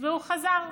והוא חזר,